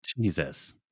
Jesus